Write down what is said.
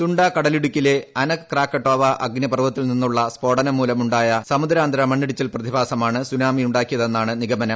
Sunda കടലിടുക്കിലെ Anak Krakatoa അഗ്നിപർവ്വതത്തിൽ നിന്നുള്ള സ്ഫോടനം മൂലമുണ്ടായ സമുദ്രാന്തര മണ്ണിടിച്ചിൽ പ്രതിഭാസമാണ് സുനാമിയുണ്ടായതെന്നാണ് നിഗമനം